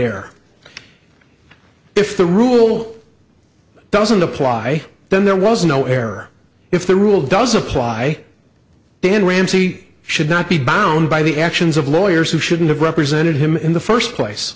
there if the rule doesn't apply then there was no error if the rule does apply then ramsey should not be bound by the actions of lawyers who shouldn't have represented him in the first place